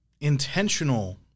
intentional